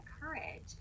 courage